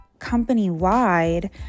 company-wide